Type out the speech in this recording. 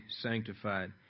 sanctified